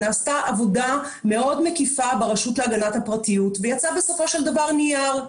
נעשתה עבודה מקיפה מאוד ברשות להגנת הפרטיות ויצא בסופו של דבר נייר.